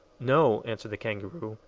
no, answered the kangaroo,